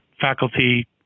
faculty